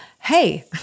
Hey